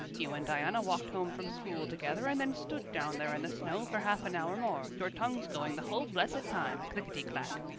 you and diana walked home from school together and then stood down there in the snow for half an hour more, your tongues going the whole blessed time, clickety-clack.